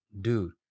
dude